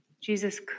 Jesus